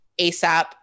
ASAP